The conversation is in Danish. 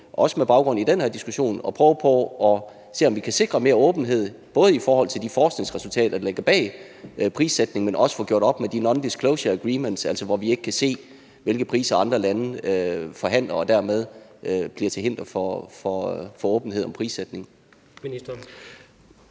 også med baggrund i den her diskussion, og prøver at se på, om vi kan sikre mere åbenhed, både i forhold til de forskningsresultater, der ligger bag prissætningen, men at vi også får gjort op med non disclosure agreements, altså hvor vi ikke kan se, hvilke priser andre lande forhandler, og det bliver dermed til hinder for åbenhed om prissætning.